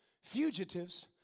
fugitives